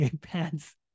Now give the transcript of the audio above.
pants